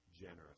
generous